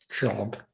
job